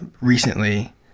recently